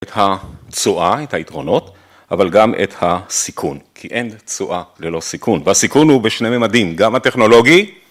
את התשואה, את היתרונות, אבל גם את הסיכון, כי אין תשואה ללא סיכון. והסיכון הוא בשני מימדים, גם הטכנולוגי,